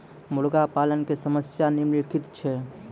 मुर्गा पालन के समस्या निम्नलिखित छै